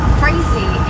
crazy